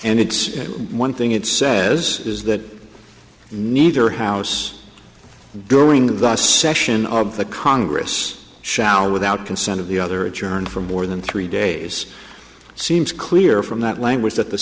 and it's one thing it says is that neither house during the session of the congress shall without consent of the other adjourn for more than three days seems clear from that language that the